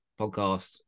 podcast